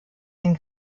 den